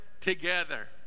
together